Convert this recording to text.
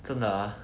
真的啊